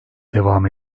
devam